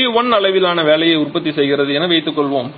W1 அளவிலான வேலையை உற்பத்தி செய்கிறது என வைத்துக்கொள்வோம்